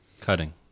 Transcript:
cutting